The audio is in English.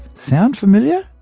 sound familiar?